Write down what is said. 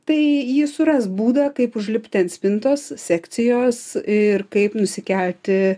tai ji suras būdą kaip užlipti ant spintos sekcijos ir kaip nusikelti